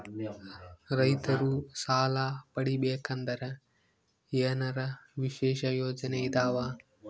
ರೈತರು ಸಾಲ ಪಡಿಬೇಕಂದರ ಏನರ ವಿಶೇಷ ಯೋಜನೆ ಇದಾವ?